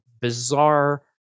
bizarre